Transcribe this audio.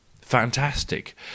fantastic